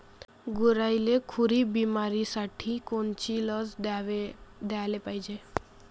गुरांइले खुरी बिमारीसाठी कोनची लस द्याले पायजे?